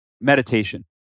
meditation